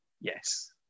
Yes